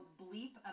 bleep